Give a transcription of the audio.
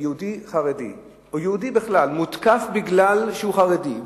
שיהודי חרדי או יהודי בכלל מותקף בגלל שהוא חרדי,